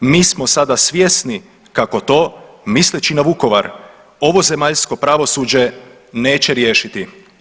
Mi smo sada svjesni kako to misleći na Vukovar ovo zemaljsko pravosuđe neće riješiti.